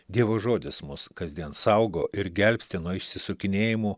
dievo žodis mus kasdien saugo ir gelbsti nuo išsisukinėjimų